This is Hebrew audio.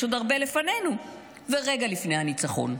יש עוד הרבה לפנינו ורגע לפני הניצחון.